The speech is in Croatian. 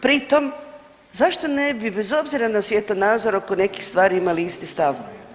Pritom, zašto ne bi bez obzira na svjetonazor oko nekih stvari, imali isti stav?